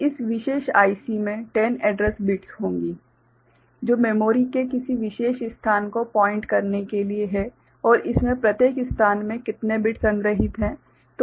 तो इस विशेष आईसी मे 10 एड्रैस बिट्स होगी जो मेमोरी के किसी विशेष स्थान को पॉइंट करने के लिए हैं और इसमें प्रत्येक स्थान में कितने बिट संग्रहीत हैं